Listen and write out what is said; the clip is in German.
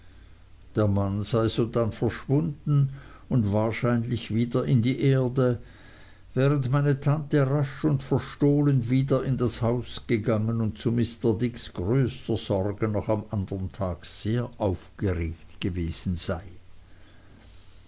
der mann sei sodann verschwunden wahrscheinlich wieder in die erde während meine tante rasch und verstohlen wieder in das haus gegangen und zu mr dicks größter sorge noch am andern tag sehr aufgeregt gewesen sei